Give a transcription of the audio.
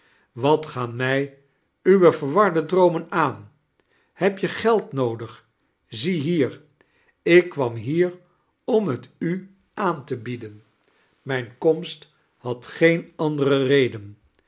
wat gaan mij uwe verwarde droomen aan heb je geld noodig ziehier ik kwam hier om t u aan te bieden mijne komst had geen andere reden